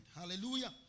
Hallelujah